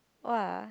!wah!